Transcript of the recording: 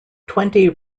twenty